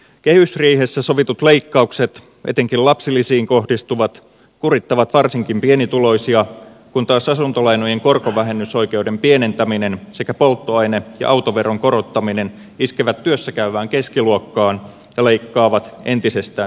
kehysriihessä sovitut leikkaukset etenkin lapsilisiin kohdistuvat kurittavat varsinkin pienituloisia kun taas asuntolainojen korkovähennysoikeuden pienentäminen sekä polttoaine ja autoveron korottaminen iskevät työssäkäyvään keskiluokkaan ja leikkaavat entisestään sen ostovoimaa